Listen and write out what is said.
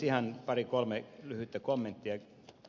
ihan pari kolme lyhyttä kommenttia